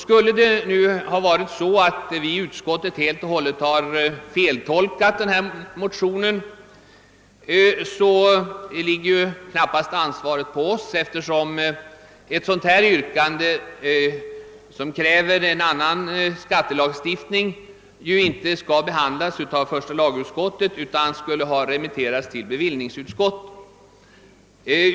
Skulle det nu vara så att vi i utskottet helt feltolkat denna motion, ligger ansvaret knappast på oss, eftersom ett sådant här yrkande som kräver en annan skattelagstiftning ju inte skall behandlas av första lagutskottet utan borde ha remitterats till bevillningsutskottet.